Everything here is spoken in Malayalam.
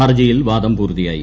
ഹർജിയിൽ വാദം പൂർത്തിയായി